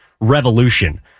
revolution